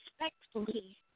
respectfully